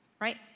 right